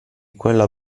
quella